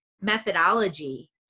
methodology